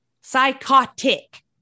psychotic